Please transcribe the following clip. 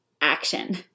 action